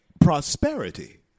prosperity